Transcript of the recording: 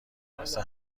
واسه